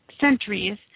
centuries